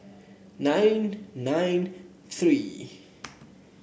nine nine three